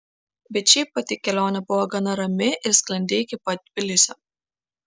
bet šiaip pati kelionė buvo gana rami ir sklandi iki pat tbilisio